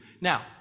Now